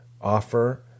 offer